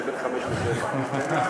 שהיא בין 05:00 ל-07:00.